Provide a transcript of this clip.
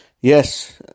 Yes